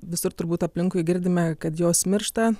visur turbūt aplinkui girdime kad jos miršta